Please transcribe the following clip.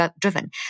driven